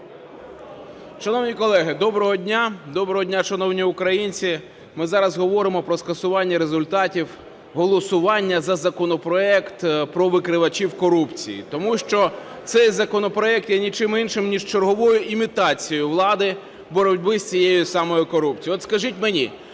Доброго дня, шановні українці! Ми зараз говоримо про скасування результатів голосування за законопроект про викривачів корупції, тому що цей законопроект є ні чим іншим, ніж черговою імітацією влади боротьби з цією самою корупцією.